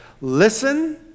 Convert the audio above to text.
Listen